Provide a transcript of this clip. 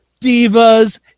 Divas